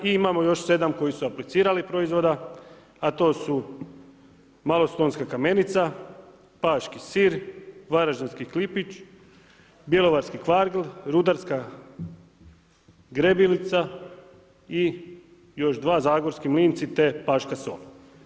I imamo još 7 koji su aplicirali proizvoda a to su malostonska kamenica, paški sir, varaždinski klipić, bjelovarski kvargl, rudarska greblica i još dva zagorski mlinci te paška sol.